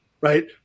right